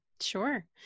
Sure